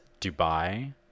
Dubai